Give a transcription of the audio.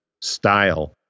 style